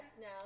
now